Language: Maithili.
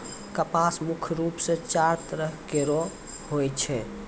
कपास मुख्य रूप सें चार तरह केरो होय छै